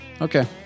Okay